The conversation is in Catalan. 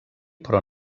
però